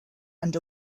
and